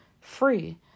free